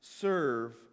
serve